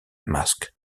mask